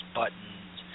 buttons